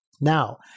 Now